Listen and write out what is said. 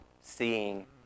seeing